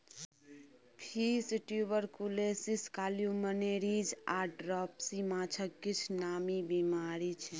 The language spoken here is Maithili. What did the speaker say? फिश ट्युबरकुलोसिस, काल्युमनेरिज आ ड्रॉपसी माछक किछ नामी बेमारी छै